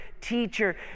teacher